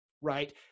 right